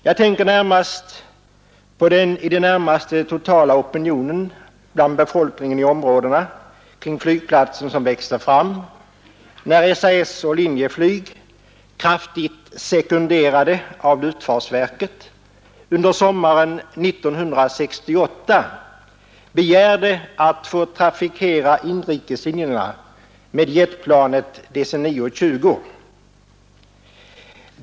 Jag tänker närmast på den i det närmaste totala opinion bland befolkningen i områdena kring flygplatsen som växte fram när SAS och Linjeflyg — kraftigt sekunderade av luftfartsverket — under sommaren 1968 begärde att få trafikera inrikeslinjerna med jetplanet DC 9—20.